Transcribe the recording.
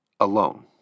Alone